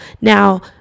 now